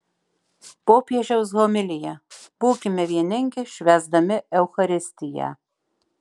popiežiaus homilija būkime vieningi švęsdami eucharistiją